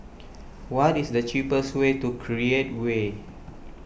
what is the cheapest way to Create Way